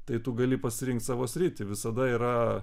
tai tu gali pasirinkt savo sritį visada yra